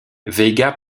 vega